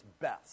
best